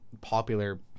popular